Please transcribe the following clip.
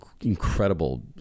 incredible